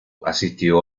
asistió